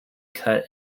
cut